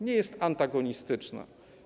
Nie jest antagonistyczna.